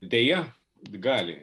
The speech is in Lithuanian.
deja gali